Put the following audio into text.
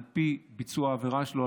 על פי ביצוע העבירה שלו,